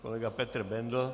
Kolega Petr Bendl.